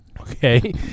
Okay